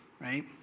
right